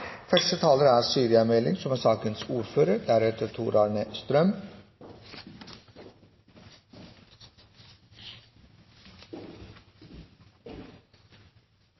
Første taler er representanten Jenny Klinge, som er ordfører